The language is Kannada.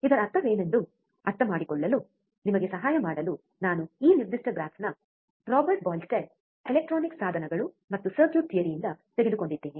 ಇದರ ಅರ್ಥವೇನೆಂದು ಅರ್ಥಮಾಡಿಕೊಳ್ಳಲು ನಿಮಗೆ ಸಹಾಯ ಮಾಡಲು ನಾನು ಈ ನಿರ್ದಿಷ್ಟ ಗ್ರಾಫ್ನ ರಾಬರ್ಟ್ ಬಾಯ್ಸ್ಟಾಡ್ ಎಲೆಕ್ಟ್ರಾನಿಕ್ ಸಾಧನಗಳು ಮತ್ತು ಸರ್ಕ್ಯೂಟ್ ಥಿಯರಿಯಿಂದ ತೆಗೆದುಕೊಂಡಿದ್ದೇನೆ